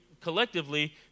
collectively